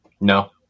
No